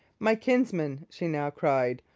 my kinsmen she now cried,